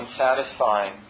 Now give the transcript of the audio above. unsatisfying